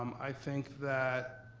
i think that